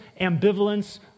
ambivalence